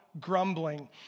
grumbling